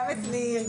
גם את ניר,